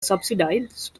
subsidised